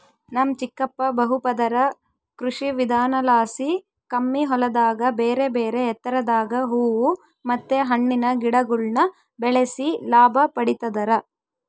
ನಮ್ ಚಿಕ್ಕಪ್ಪ ಬಹುಪದರ ಕೃಷಿವಿಧಾನಲಾಸಿ ಕಮ್ಮಿ ಹೊಲದಾಗ ಬೇರೆಬೇರೆ ಎತ್ತರದಾಗ ಹೂವು ಮತ್ತೆ ಹಣ್ಣಿನ ಗಿಡಗುಳ್ನ ಬೆಳೆಸಿ ಲಾಭ ಪಡಿತದರ